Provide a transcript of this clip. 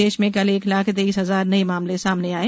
प्रदेश में कल एक लाख तेईस हजार नये मामले सामने आये